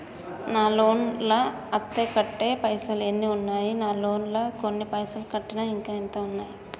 నా లోన్ లా అత్తే కట్టే పైసల్ ఎన్ని ఉన్నాయి నా లోన్ లా కొన్ని పైసల్ కట్టిన ఇంకా ఎంత ఉన్నాయి?